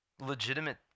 legitimate